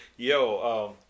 Yo